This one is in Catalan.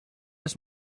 has